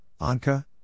Anka